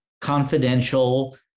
confidential